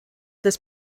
this